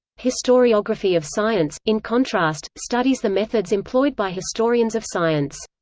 historiography of science, in contrast, studies the methods employed by historians of science.